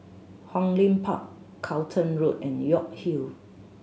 Hong Lim Park Charlton Road and York Hill